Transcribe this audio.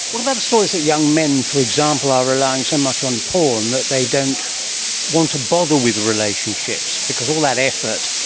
what about the stories that young men, for example, are relying so much on porn, that they don't want to bother with relationships because all that effort,